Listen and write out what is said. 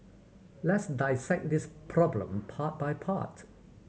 let's dissect this problem part by part